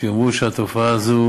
שיאמרו שהתופעה הזו